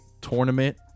tournament